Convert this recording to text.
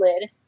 lid